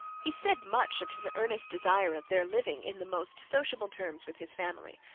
he said much of his earnest desire of their living in the most sociable terms with his family,